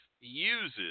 uses